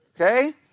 Okay